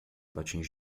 patins